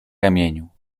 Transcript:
ramieniu